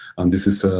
and this is ah